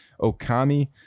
Okami